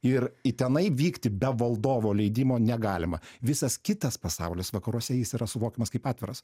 ir į tenai vykti be valdovo leidimo negalima visas kitas pasaulis vakaruose jis yra suvokiamas kaip atviras